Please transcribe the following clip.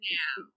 now